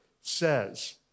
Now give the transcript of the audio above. says